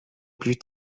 plus